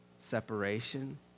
separation